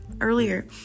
earlier